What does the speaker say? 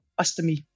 ostomy